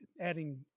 adding